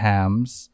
Ham's